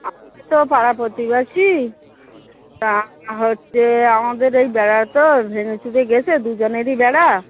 আমরা তো পাড়া প্রতিবেশী তা হচ্ছে আমাদের এই বেড়া তো ভেঙে চুরে গেছে দুজনেরই বেড়া